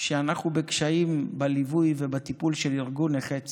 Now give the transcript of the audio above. שאנחנו בקשיים בליווי ובטיפול של ארגון נכי צה"ל,